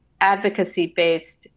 advocacy-based